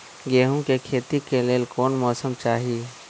गेंहू के खेती के लेल कोन मौसम चाही अई?